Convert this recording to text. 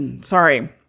sorry